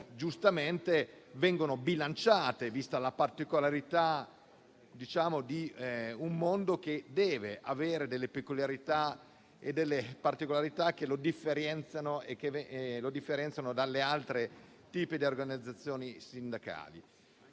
giustamente, vengono bilanciate vista la particolarità di un mondo che deve avere delle peculiarità che lo differenziano dalle altre organizzazioni sindacali.